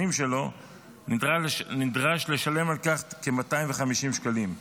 שלו נדרש לשלם על כך כ-250 שקלים.